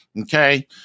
Okay